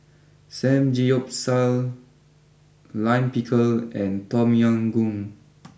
Samgeyopsal Lime Pickle and Tom Yam Goong